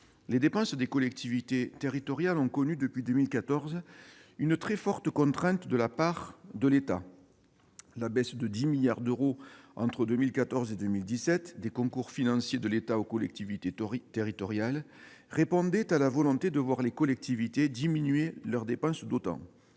Les dépenses des collectivités territoriales ont connu, depuis 2014, une très forte contrainte de la part de l'État. La baisse de 10 milliards d'euros, entre 2014 et 2017, des concours financiers de l'État aux collectivités territoriales répondait ainsi à la volonté de voir ces dernières diminuer leurs dépenses d'autant.